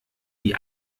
die